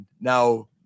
Now